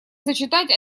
зачитать